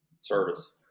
service